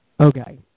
Okay